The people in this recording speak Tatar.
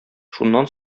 шуннан